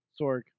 sorg